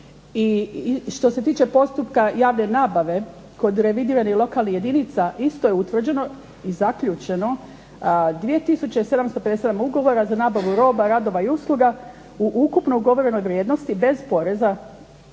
Što se tiče postupka javne nabave kod revidiranih lokalnih jedinica isto je utvrđeno i zaključeno 2757 ugovora za nabavu roba, radova i usluga u ukupno ugovorenoj vrijednosti bez poreza